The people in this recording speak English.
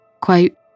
Quote